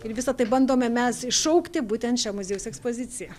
ir visa tai bandome mes iššaukti būtent šia muziejaus ekspozicija